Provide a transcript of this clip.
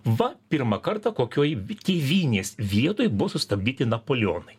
va pirmą kartą kokioj tėvynės vietoj buvo sustabdyti napoleonai